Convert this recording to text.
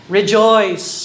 Rejoice